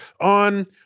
on